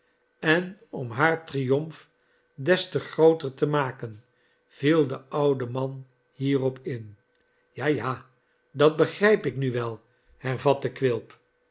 en om haar triomf des te grooter te maken viel de oude man hierop in ja ja dat begrijp ik nu wel hervatte quilp